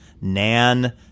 Nan